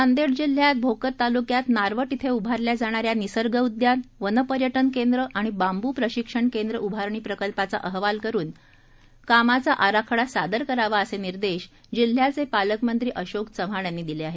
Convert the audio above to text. नांदेड जिल्ह्यात भोकर तालुक्यात नारवट ईथं उभारल्या जाणाऱ्या निसर्ग उद्यान वनपर्यटन केंद्र आणि बांबू प्रशिक्षण केंद्र उभारणी प्रकल्पाचा अहवाल तयार करून कामाचा आराखडा सादर करावा असे निर्देश जिल्ह्याचे पालकमंत्री अशोक चव्हाण यांनी दिले आहे